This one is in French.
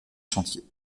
chantiers